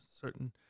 certain